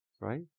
right